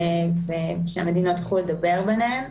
ושהמדינות יוכלו לדבר ביניהן.